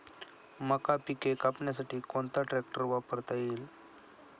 मका पिके कापण्यासाठी कोणता ट्रॅक्टर वापरता येईल?